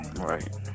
Right